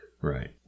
Right